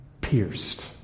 pierced